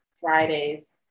Fridays